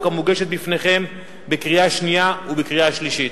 המוגשת בפניכם בקריאה שנייה ובקריאה שלישית.